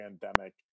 pandemic